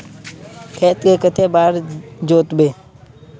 खेत के कते बार जोतबे?